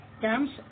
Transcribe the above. camps